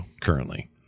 currently